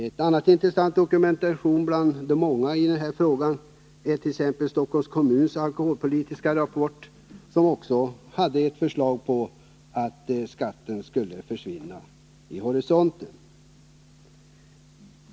Ett annat intressant dokument bland de många i denna fråga är Stockholms kommuns alkoholpolitiska rapport, som också innehöll ett förslag om att denna beskattning skulle försvinna.